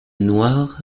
noir